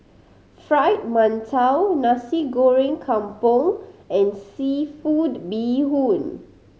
Fried Mantou Nasi Goreng Kampung and seafood bee hoon